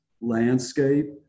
landscape